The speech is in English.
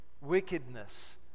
wickedness